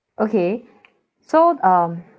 okay so um